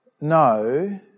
No